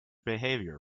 behaviour